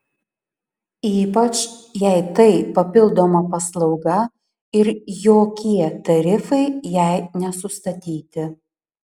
ypač jei tai papildoma paslauga ir jokie tarifai jai nesustatyti